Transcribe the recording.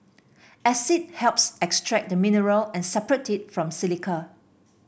acid helps extract the mineral and separate it from silica